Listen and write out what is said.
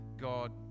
God